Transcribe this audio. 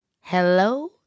hello